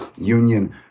union